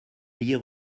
ayez